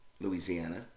Louisiana